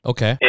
Okay